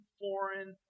foreign